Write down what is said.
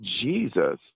Jesus